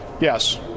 Yes